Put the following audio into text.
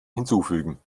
hinzufügen